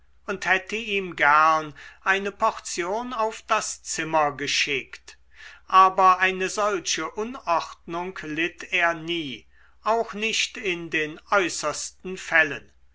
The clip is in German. und hätte ihm gern eine portion auf das zimmer geschickt aber eine solche unordnung litt er nie auch nicht in den äußersten fällen